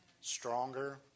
Stronger